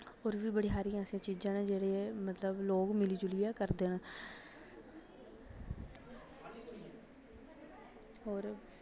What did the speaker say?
होर बी बड़ी सारियां ऐसी चीजां न जेह्ड़ियां मतलब लोक रली मिलियै करदे न होर